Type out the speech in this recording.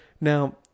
Now